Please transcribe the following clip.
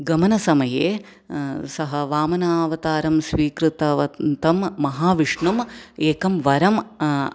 गमनसमये सः वामनावतारं स्वीकृतवन्तं महाविष्णुम् एकं वरं